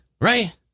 Right